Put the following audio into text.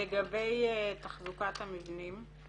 לגבי תחזוקת המבנים?